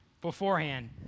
beforehand